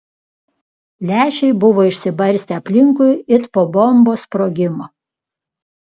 lęšiai buvo išsibarstę aplinkui it po bombos sprogimo